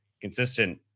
consistent